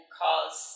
cause